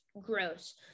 gross